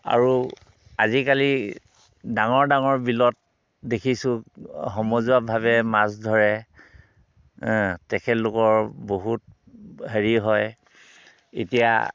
আৰু অজিকালি ডাঙৰ ডাঙৰ বিলত দেখিছোঁ সমজুৱাভাৱে মাছ ধৰে তেখেতলোকৰ বহুত হেৰি হয় এতিয়া